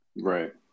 Right